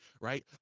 right